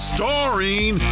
Starring